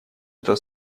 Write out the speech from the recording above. это